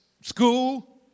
school